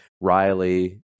Riley